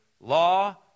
law